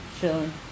chilling